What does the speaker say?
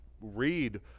Read